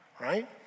right